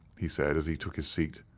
he said, as he took his seat.